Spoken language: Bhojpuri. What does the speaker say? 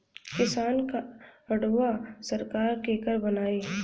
किसान कार्डवा सरकार केकर बनाई?